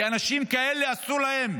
כי אנשים כאלה, אסור להם